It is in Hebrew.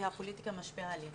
והפוליטיקה משפיעה עלינו.